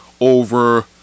over